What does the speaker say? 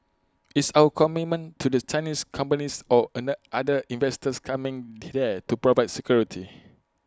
it's our commitment to the Chinese companies or other investors coming there to provide security